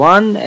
One